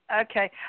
Okay